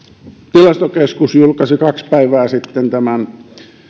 tilastokeskus julkaisi kaksi päivää sitten